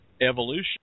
evolution